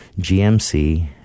GMC